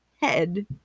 head